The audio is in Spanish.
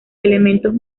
elementos